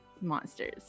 monsters